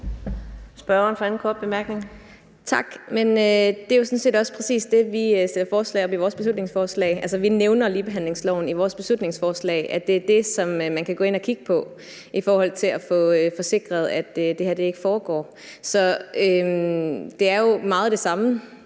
Susie Jessen (DD): Tak. Men det er jo præcis også det, vi stiller forslag om i vores beslutningsforslag. Vi nævner ligebehandlingsloven i vores beslutningsforslag, og at det er det, man kan gå ind og kigge på i forhold til at få sikret, at det her ikke foregår. Så det er meget det samme.